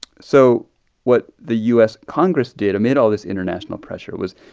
so what the u s. congress did amid all this international pressure was,